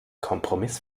kompromiss